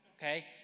okay